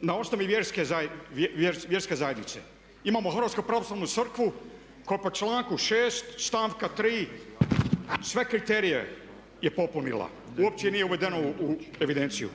na osnovi vjerske zajednice, imamo Hrvatsku pravoslavnu crkvu koja po članku 6. stavka 3. sve kriterije je popunila, uopće nije uvedeno u evidenciju.